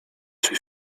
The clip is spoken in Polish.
czy